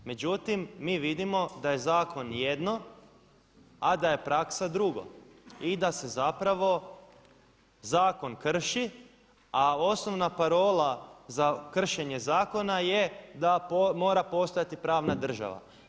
Međutim, mi vidimo da je zakon jedno a da je praksa drugo i da se zapravo zakon krši a osnovna parola za kršenje zakona je da mora postojati pravna država.